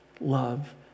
love